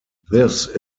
this